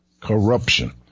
corruption